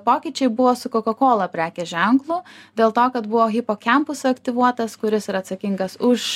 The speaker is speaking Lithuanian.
pokyčiai buvo su coca cola prekės ženklu dėl to kad buvo hipokempus aktyvuotas kuris yra atsakingas už